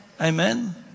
amen